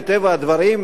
מטבע הדברים,